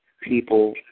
people